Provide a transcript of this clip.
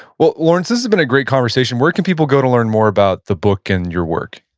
well, laurence, this has been a great conversation. where can people go to learn more about the book and your work?